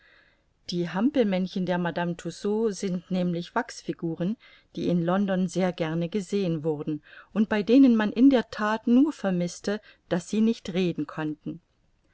die hampelmännchen der madame tussaud sind nämlich wachsfiguren die in london sehr gerne gesehen wurden und bei denen man in der that nur vermißte daß sie nicht reden konnten